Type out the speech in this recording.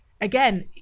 again